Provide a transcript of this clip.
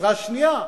משרה שנייה,